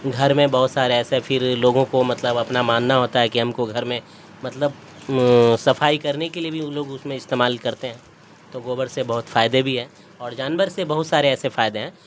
گھر میں بہت سارے ایسے پھر لوگوں کو مطلب اپنا ماننا ہوتا ہے کہ ہم کو گھر میں مطلب صفائی کرنے کے لیے بھی وہ لوگ اس میں استعمال کرتے ہیں تو گوبر سے بہت فائدے بھی ہیں اور جانور سے بہت سارے ایسے فائدے ہیں